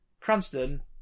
Cranston